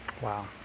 wow